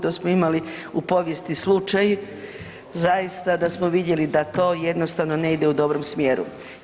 To smo imali u povijesti slučaj zaista da smo vidjeli da to jednostavno ne ide u dobrom smjeru.